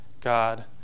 God